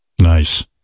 Nice